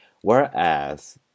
Whereas